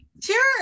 Sure